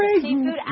seafood